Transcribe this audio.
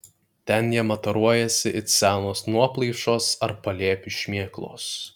ten jie mataruojasi it senos nuoplaišos ar palėpių šmėklos